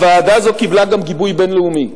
הוועדה הזאת קיבלה גם גיבוי בין-לאומי.